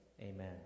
Amen